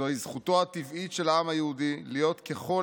זוהי זכותו הטבעית של העם היהודי להיות ככל